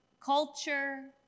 culture